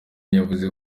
yavuze